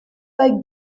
like